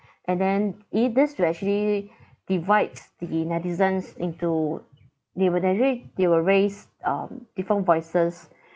and then it this to actually divides the netizens into they will actually they will raise um different voices